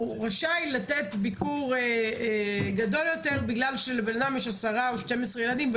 הוא רשאי לתת ביקור ארוך יותר בגלל שלאסיר יש 10 או 12 ילדים.